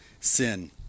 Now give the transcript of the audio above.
sin